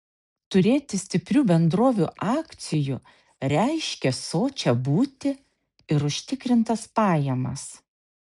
turėti stiprių bendrovių akcijų reiškė sočią būtį ir užtikrintas pajamas